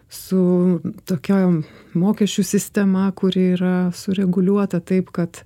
su tokiom mokesčių sistema kuri yra sureguliuota taip kad